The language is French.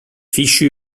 fichu